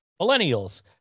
Millennials